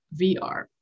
VR